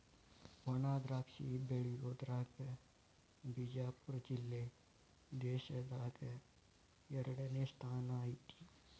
ವಣಾದ್ರಾಕ್ಷಿ ಬೆಳಿಯುದ್ರಾಗ ಬಿಜಾಪುರ ಜಿಲ್ಲೆ ದೇಶದಾಗ ಎರಡನೇ ಸ್ಥಾನ ಐತಿ